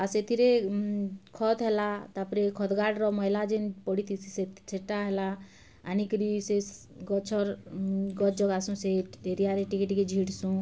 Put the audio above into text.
ଆଉ ସେଥିରେ ଖତ୍ ହେଲା ତା'ପରେ ଖତ୍ ଗାଡ଼୍ର ମଇଲା ଯେନ୍ ପଡ଼ିଥିସି ସେଟା ହେଲା ଆନିକିରି ସେ ଗଛର ଗଛ୍ ଜଗାସୁଁ ସେ ଏରିଆରେ ଟିକେ ଟିକେ ଝିଟ୍ସୁଁ